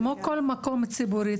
כמו כל מקום ציבורי,